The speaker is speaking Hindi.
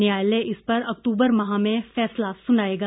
न्यायालय इस पर अक्तूबर माह में फैसला सुनाएगा